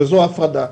וזו ההפרדה.